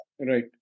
Right